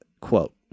quote